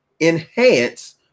enhance